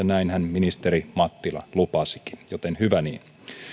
näinhän ministeri mattila lupasikin joten hyvä niin